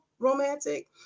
romantic